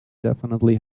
definitely